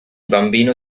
bambino